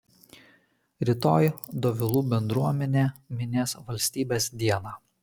rytoj dovilų bendruomenė minės valstybės dieną